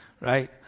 right